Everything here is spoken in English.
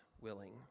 willing